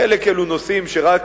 חלק, נושאים שרק